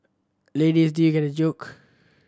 ladies did you get the joke